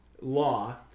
law